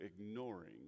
ignoring